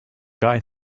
guy